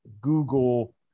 Google